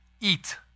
eat